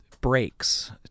breaks